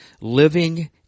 living